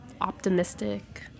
optimistic